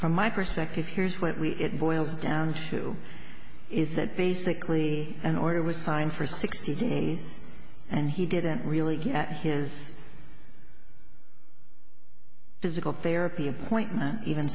from my perspective here's what we it boils down to is that basically an order was time for sixty days and he didn't really get his physical therapy appointment even